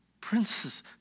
princes